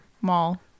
mall